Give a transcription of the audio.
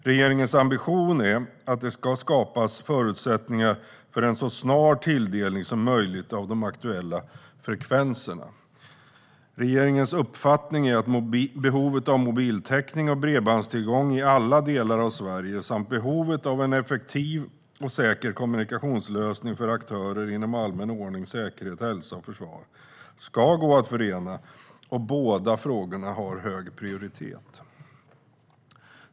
Regeringens ambition är att det ska skapas förutsättningar för en så snar tilldelning som möjligt av de aktuella frekvenserna. Regeringens uppfattning är att behovet av mobiltäckning och bredbandstillgång i alla delar av Sverige samt behovet av en effektiv och säker kommunikationslösning för aktörer inom allmän ordning, säkerhet, hälsa och försvar ska gå att förena, och båda frågorna har hög prioritet.